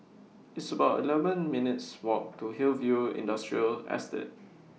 It's about eleven minutes' Walk to Hillview Industrial Estate